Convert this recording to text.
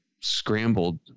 scrambled